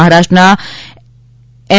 મહારાષ્ટ્રના એમ